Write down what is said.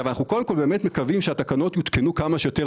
אנחנו מקווים שתקנות יותקנו כמה שיותר